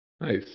Nice